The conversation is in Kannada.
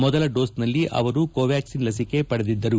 ಮೊದಲ ಡೋಸ್ನಲ್ಲಿ ಅವರು ಕೋವ್ಲಾಕ್ಷಿನ್ ಲಸಿಕೆ ಪಡೆದಿದ್ದರು